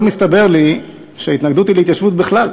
היום הסתבר לי שההתנגדות היא להתיישבות בכלל,